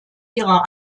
ihrer